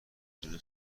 میتونه